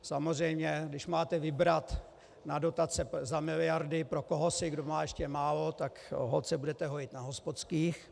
Samozřejmě když máte vybrat na dotace za miliardy pro kohosi, kdo má ještě málo, tak holt se budete hojit na hospodských.